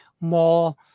more